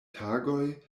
tagoj